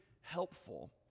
helpful